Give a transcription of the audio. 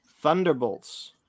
Thunderbolts